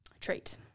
trait